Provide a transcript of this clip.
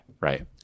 right